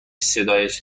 صدایش